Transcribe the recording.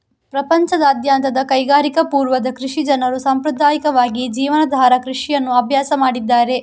ಪ್ರಪಂಚದಾದ್ಯಂತದ ಕೈಗಾರಿಕಾ ಪೂರ್ವದ ಕೃಷಿ ಜನರು ಸಾಂಪ್ರದಾಯಿಕವಾಗಿ ಜೀವನಾಧಾರ ಕೃಷಿಯನ್ನು ಅಭ್ಯಾಸ ಮಾಡಿದ್ದಾರೆ